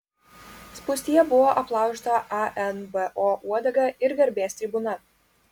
spūstyje buvo aplaužyta anbo uodega ir garbės tribūna